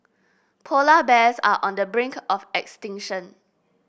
polar bears are on the brink of extinction